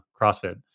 CrossFit